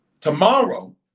Tomorrow